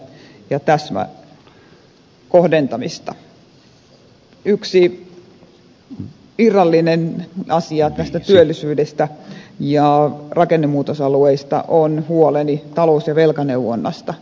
yksi irrallinen asia tästä työllisyydestä ja rakennemuutosalueista on huoleni talous ja velkaneuvonnasta